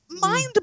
mind